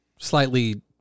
Slightly